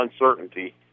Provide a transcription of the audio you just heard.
uncertainty